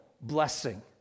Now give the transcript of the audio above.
blessing